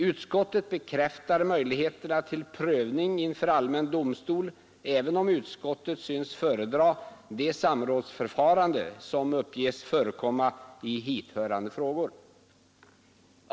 Utskottet bekräftar möjligheterna till prövning inför allmän domstol, även om utskottet synes föredra det samrådsförfarande som uppges förekomma i hithörande frågor.